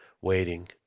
Waiting